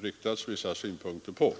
framlagt vissa synpunkter på.